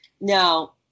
Now